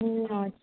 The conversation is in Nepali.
ए हजुर